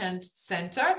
center